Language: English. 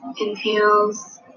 inhales